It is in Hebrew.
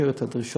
מכיר את הדרישות,